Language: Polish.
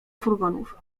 furgonów